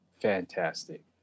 fantastic